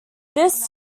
this